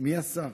מי השר?